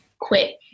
quit